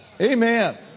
Amen